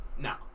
now